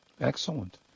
Excellent